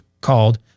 called